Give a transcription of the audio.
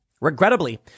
Regrettably